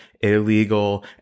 illegal